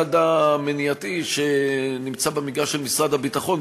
והצד המניעתי, שנמצא במגרש של משרד הביטחון.